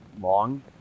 long